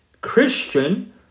Christian